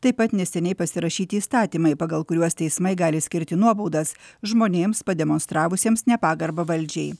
taip pat neseniai pasirašyti įstatymai pagal kuriuos teismai gali skirti nuobaudas žmonėms pademonstravusiems nepagarbą valdžiai